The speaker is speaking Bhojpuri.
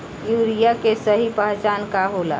यूरिया के सही पहचान का होला?